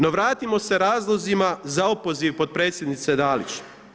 No, vratimo se razlozima za opoziv potpredsjednice Dalić.